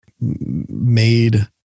made